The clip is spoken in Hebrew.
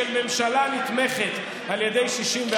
של ממשלה הנתמכת על ידי 61,